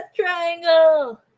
Triangle